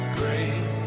great